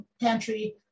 pantry